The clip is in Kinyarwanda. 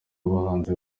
abahanzi